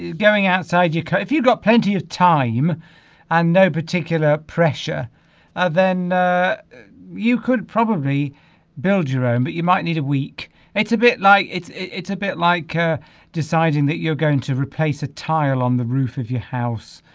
going outside you go if you've got plenty of time and no particular pressure then you could probably build your own but you might need a week it's a bit like it's it's a bit like deciding that you're going to replace a tile on the roof of your house